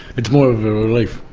it's more of a relief.